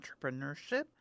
entrepreneurship